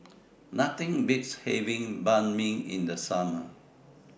Nothing Beats having Banh MI in The Summer